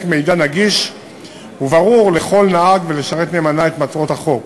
מידע נגיש וברור לכל נהג ולשרת נאמנה את מטרת החוק.